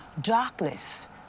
darkness